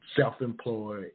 self-employed